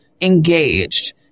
engaged